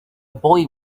boy